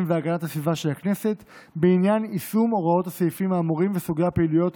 והגנת הסביבה של הכנסת בעניין יישום הוראות הסעיפים האמורים וסוגי הפעילויות